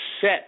set